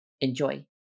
Enjoy